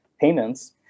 payments